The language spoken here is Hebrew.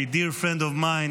a dear friend of mine,